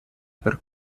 per